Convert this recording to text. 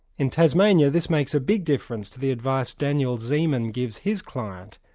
in tasmania, this makes a big difference to the advice daniel zeeman gives his client,